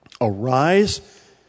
arise